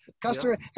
Customer